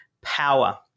power